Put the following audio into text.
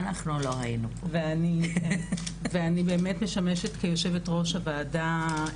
ואני באמת משמשת כיושבת ראש הוועדה,